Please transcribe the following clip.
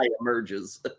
emerges